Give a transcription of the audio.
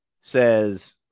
says